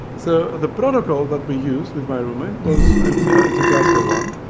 so the protocol that we use with my roommate was and it's a classical one.